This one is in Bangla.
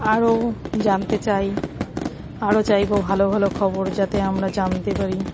আরও জানতে চাই আরও চাইব ভালো ভালো খবর যাতে আমরা জানতে পারি